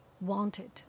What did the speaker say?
wanted